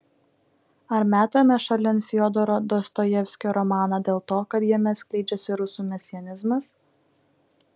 ar metame šalin fiodoro dostojevskio romaną dėl to kad jame skleidžiasi rusų mesianizmas